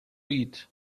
eat